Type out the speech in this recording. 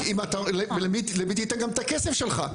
למי תיתן גם את הכסף שלך.